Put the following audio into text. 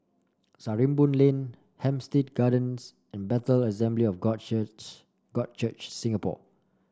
Sarimbun Lane Hampstead Gardens and Bethel Assembly of God Church God Church Singapore